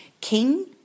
King